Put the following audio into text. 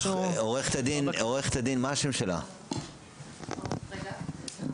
אנחנו בהחלט נסתכל עליהם.